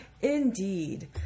Indeed